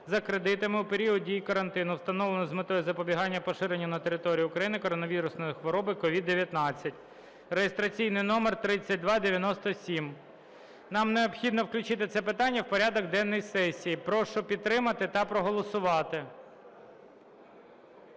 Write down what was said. за кредитами у період дії карантину, встановленого з метою запобігання поширенню на території України коронавірусної хвороби COVID-19), (реєстраційний номер 3297). Нам необхідно включити це питання в порядок денний сесії. Прошу підтримати та проголосувати.